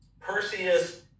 Perseus